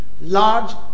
large